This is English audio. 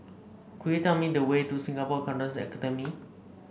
could you tell me the way to Singapore Accountancy Academy